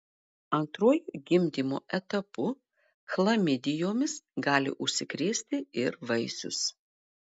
antruoju gimdymo etapu chlamidijomis gali užsikrėsti ir vaisius